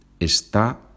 está